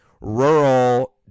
rural